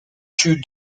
tue